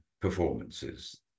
performances